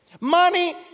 Money